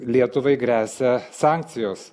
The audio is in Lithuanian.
lietuvai gresia sankcijos